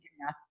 enough